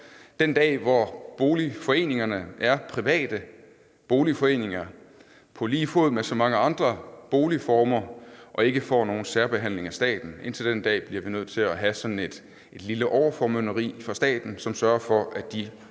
den dag, hvor boligforeningerne er private boligforeninger på lige fod med så mange andre boligformer og ikke får nogen særbehandling af staten. Indtil den dag bliver vi nødt til at have sådan et lille overformynderi for staten, som sørger for, at de